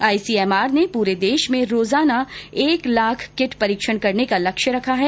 ICMR ने पूरे देश में रोजाना एक लाख किट परीक्षण करने का लक्ष्य रखा हैं